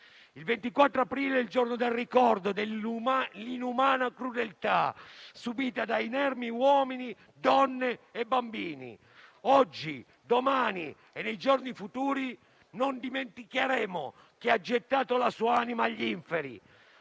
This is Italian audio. Il 24 aprile è il giorno del ricordo dell'inumana crudeltà subita da inermi uomini, donne e bambini. Oggi, domani e nei giorni futuri non dimenticheremo chi ha gettato la sua anima agli inferi: